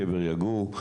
שבר יגור,